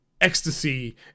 ecstasy